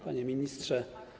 Panie Ministrze!